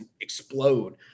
explode